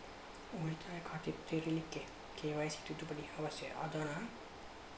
ಉಳಿತಾಯ ಖಾತೆ ತೆರಿಲಿಕ್ಕೆ ಕೆ.ವೈ.ಸಿ ತಿದ್ದುಪಡಿ ಅವಶ್ಯ ಅದನಾ?